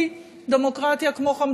כי דמוקרטיה היא כמו חמצן: